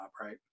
right